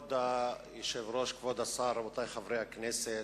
כבוד היושב-ראש, כבוד השר, רבותי חברי הכנסת,